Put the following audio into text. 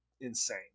insane